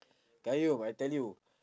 qayyum I tell you